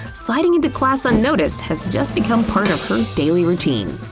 sliding into class unnoticed has just become part of her daily routine.